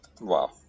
Wow